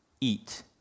eat